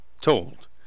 told